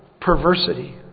perversity